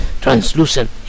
translucent